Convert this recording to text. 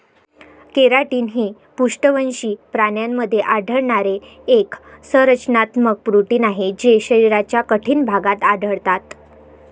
keratin हे पृष्ठवंशी प्राण्यांमध्ये आढळणारे एक संरचनात्मक प्रोटीन आहे जे शरीराच्या कठीण भागात आढळतात